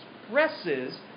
expresses